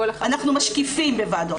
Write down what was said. אנחנו משקיפים בוועדות אחרות.